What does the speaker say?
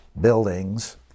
buildings